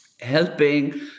helping